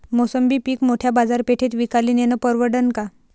मोसंबी पीक मोठ्या बाजारपेठेत विकाले नेनं परवडन का?